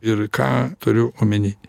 ir ką turiu omeny